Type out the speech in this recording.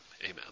amen